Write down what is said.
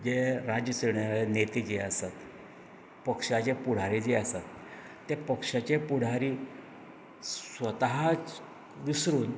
हें राज्य चलयणारें नेते जें आसा पक्षाचें पुडारी जें आसा तें पक्षाचें पुडारी स्वताहाक विसरून